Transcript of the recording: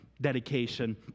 Dedication